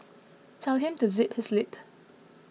tell him to zip his lip